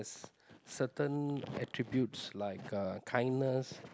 certain attributes like uh kindness